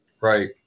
Right